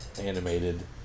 animated